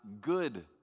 good